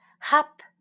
Hop